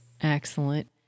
Excellent